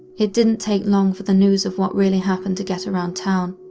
it didn't take long for the news of what really happened to get around town.